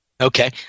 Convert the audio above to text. Okay